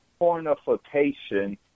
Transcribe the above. pornification